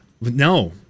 No